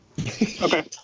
Okay